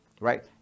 Right